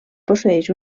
posseeix